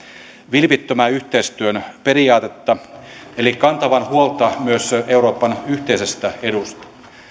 vilpittömän yhteistyön periaatetta eli kantavan huolta myös euroopan yhteisestä edusta